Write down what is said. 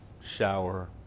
shower